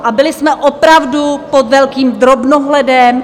A byli jsme opravdu pod velkým drobnohledem.